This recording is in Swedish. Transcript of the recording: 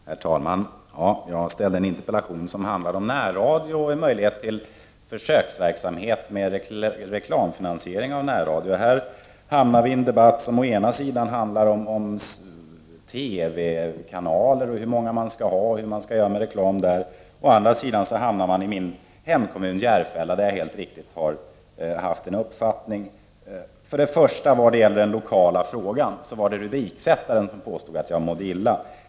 Herr talman! Jag framställde en interpellation som handlade om närradion och möjlighet till försöksverksamhet med reklamfinansiering av denna. Här har vi hamnat i en debatt som å ena sidan handlar om TV-kanaler, hur många man skall ha och hur man skall göra med frågan om reklam. Å andra sidan har vi hamnat i min hemkommun, Järfälla, där jag helt riktigt har uttryckt en uppfattning. När det gäller den lokala frågan var det rubriksättaren som påstod att jag mådde illa.